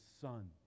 Son